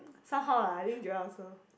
somehow lah I think Joel also